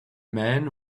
man